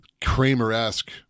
Kramer-esque